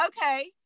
okay